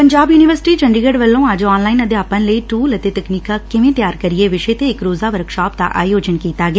Punjab university Chandigarh ਵੱਲੋਂ ਅੱਜ 'online ਅਧਿਆਪਨ ਲਈ ਟੁਲ ਅਤੇ ਤਕਨੀਕਾਂ ਕਿਵੇਂ ਤਿਆਰ ਕਰੀਏ' ਵਿਸ਼ੇ ਤੇ ਇਕ ਰੋਜਾ ਵਰਕਸ਼ਾਪ ਦਾ ਆਯੋਜਨ ਕੀਤਾ ਗਿਆ